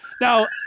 Now